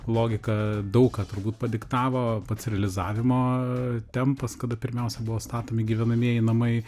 logika daug ką turbūt padiktavo pats realizavimo tempas kada pirmiausia buvo statomi gyvenamieji namai